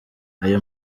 ayo